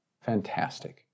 fantastic